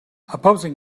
opposing